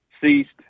ceased